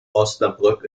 osnabrück